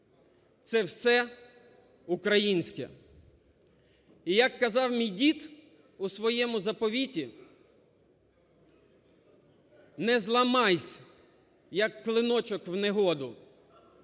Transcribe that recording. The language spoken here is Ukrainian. це все українське. І як казав мій дід у своєму заповіті: "Не зламайсь, як клиночок в негоду,